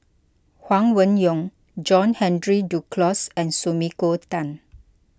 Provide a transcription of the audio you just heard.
Huang Wenhong John Henry Duclos and Sumiko Tan